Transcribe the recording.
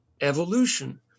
evolution